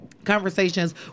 conversations